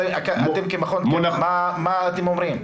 אתם כמכון תקנים, מה אתם אומרים?